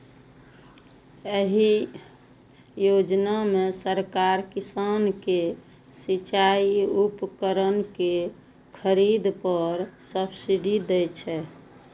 एहि योजना मे सरकार किसान कें सिचाइ उपकरण के खरीद पर सब्सिडी दै छै